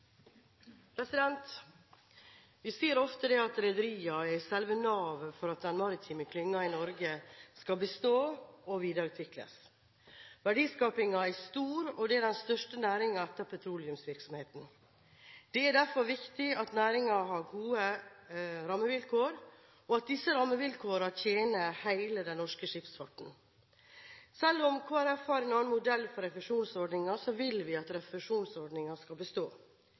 til. Vi sier ofte at rederiene er selve navet for at den maritime klyngen i Norge skal bestå og videreutvikles. Verdiskapingen er stor, og det er den største næringen etter petroleumsvirksomheten. Det er derfor viktig at næringen har gode rammevilkår, og at disse rammevilkårene tjener hele den norske skipsfartsnæringen. Selv om Kristelig Folkeparti har en annen modell for refusjonsordningen, vil vi at refusjonsordningen skal bestå.